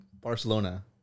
Barcelona